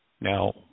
Now